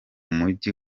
mujyi